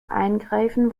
eingreifen